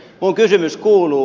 minun kysymykseni kuuluu